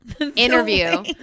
interview